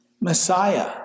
Messiah